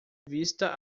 vista